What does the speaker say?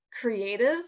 creative